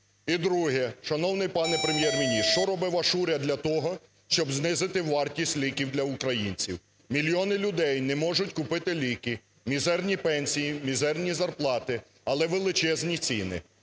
І друге. Шановний пане Прем'єр-міністр, що робить ваш уряд для того, щоб знизити вартість ліків для українців? Мільйони людей не можуть купити ліки. Мізерні пенсії, мізерні зарплати, але величезні ціни.